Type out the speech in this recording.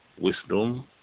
Wisdom